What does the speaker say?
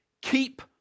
Keep